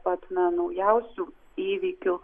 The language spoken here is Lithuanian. pat na naujausių įvykių